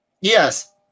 Yes